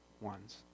ones